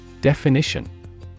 Definition